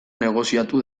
negoziatu